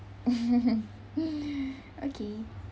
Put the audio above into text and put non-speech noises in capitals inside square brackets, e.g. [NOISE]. [LAUGHS] okay